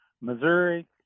Missouri